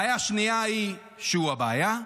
בעיה שנייה היא, שהוא הבעיה.